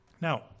Now